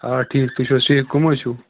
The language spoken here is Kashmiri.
آ ٹھیٖک تُہۍ چھِو حظ ٹھیٖک کٕم حظ چھِو